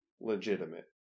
Legitimate